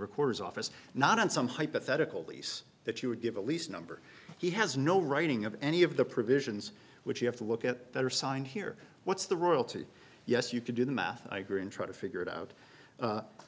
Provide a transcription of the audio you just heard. recorder's office not in some hypothetical lease that you would give a lease number he has no writing of any of the provisions which you have to look at that are signed here what's the royalty yes you can do the math degree and try to figure it out